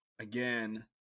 again